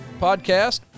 podcast